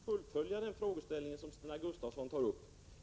Fru talman! Låt mig fullfölja Stina Gustavssons frågeställning.